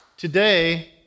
Today